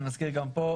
אבל אני מזכיר גם פה,